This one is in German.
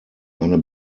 eine